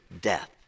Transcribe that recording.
death